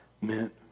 meant